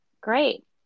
great